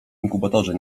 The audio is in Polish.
inkubatorze